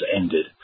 ended